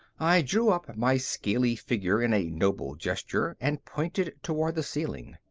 i drew up my scaly figure in a noble gesture and pointed toward the ceiling.